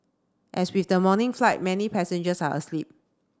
as with the morning flight many passengers are asleep